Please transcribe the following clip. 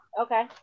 Okay